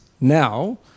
now